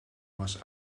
was